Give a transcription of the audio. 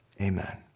amen